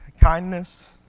kindness